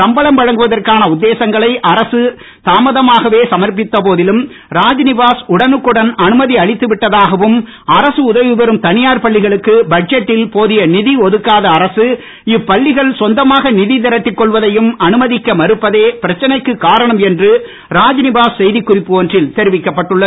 சம்பளம் வழங்குவதற்கான உத்தேசங்களை அரசு தாமதமாகவே சமர்பித்த போதிலும் ராஜ்நிவாஸ் உடனுடக்குடன் அனுமதி அளித்து விட்டதாகவும் அரசு உதவிபெறும் தனியார் பள்ளிகளுக்கு பட்ஜெட்டில் போதிய நிதி டுதுக்காத அரசு இப்பள்ளிகள் சொந்தமாக நிதி திரட்டி கொள்வதையும் அனுமதிக்க மறுப்பதே பிரச்சனைக்கு காரணம் என்று ராஜ்நிவாஸ் செய்தி குறிப்பு ஒன்றில் தெரிவிக்கப்பட்டுள்ளது